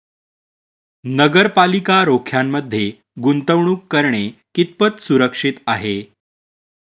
नगरपालिका रोख्यांमध्ये गुंतवणूक करणे कितपत सुरक्षित आहे?